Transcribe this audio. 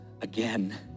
again